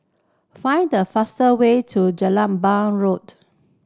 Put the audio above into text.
find the fastest way to Road